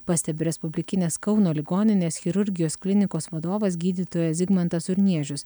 pastebi respublikinės kauno ligoninės chirurgijos klinikos vadovas gydytojas zigmantas urniežius